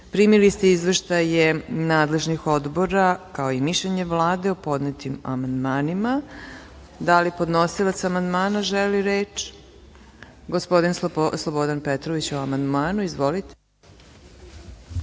ste izveštaje nadležnih odbora, kao i mišljenje Vlade o podnetim amandmanima. Da li podnosilac amandmana želi reč? Gospodin Slobodan Petrović o amandmanu. Izvolite.